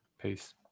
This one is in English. Peace